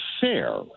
fair